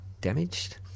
damaged